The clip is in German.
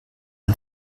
ein